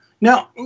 Now